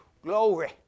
Glory